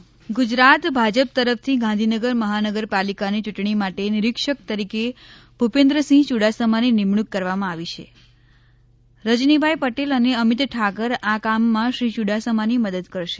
ભાજપ બેઠક ગુજરાત ભાજપ તરફથી ગાંધીનગર મહાનગરપાલિકાની ચૂંટણી માટે નિરીક્ષક તરીકે ભૂપેન્દ્રસિંહ યુડાસમાની નિમણૂંક કરવામાં આવી છે રજનીભાઈ પટેલ અને અમિત ઠાકર આ કામ માં શ્રી યુડાસમાની મદદ કરશે